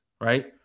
right